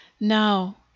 Now